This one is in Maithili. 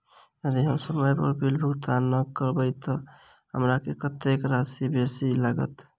यदि हम समय पर बिल भुगतान नै करबै तऽ हमरा कत्तेक राशि बेसी लागत?